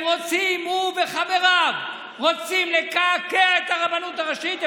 הוא וחבריו רוצים לקעקע את הרבנות הראשית.